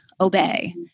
obey